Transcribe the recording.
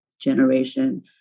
Generation